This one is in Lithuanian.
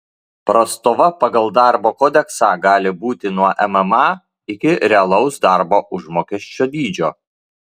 prastova pagal darbo kodeksą gali būti nuo mma iki realaus darbo užmokesčio dydžio